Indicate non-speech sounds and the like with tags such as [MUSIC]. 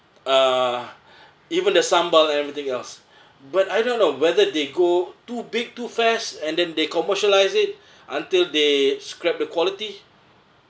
uh even the sambal and everything else [BREATH] but I don't know whether they go too big too fast and then they commercialised it until they scrap the quality